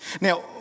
Now